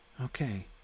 Okay